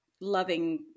loving